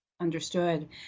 Understood